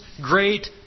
great